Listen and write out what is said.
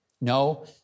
no